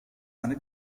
eine